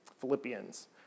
Philippians